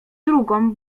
drugą